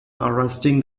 arresting